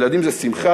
ילדים זה שמחה,